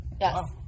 yes